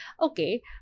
Okay